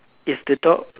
is the dog